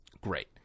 Great